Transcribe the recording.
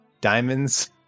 diamonds